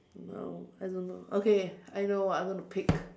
no I don't know okay I know what I'm gonna pick